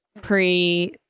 pre